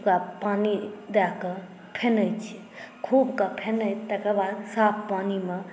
ओकरा पानि दए कऽ फेनै छै खूबकऽ फेनैत तकर बाद साफ़ पानीमे